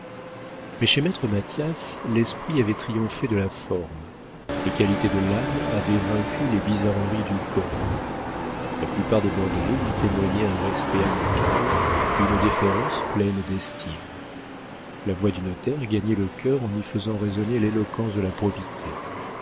mais chez maître mathias l'esprit avait triomphé de la forme les qualités de l'âme avaient vaincu les bizarreries du corps la plupart des bordelais lui témoignaient un respect amical une déférence pleine d'estime la voix du notaire gagnait le cœur en y faisant résonner l'éloquence de la probité